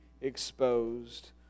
exposed